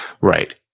Right